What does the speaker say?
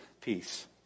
peace